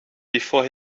before